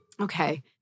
Okay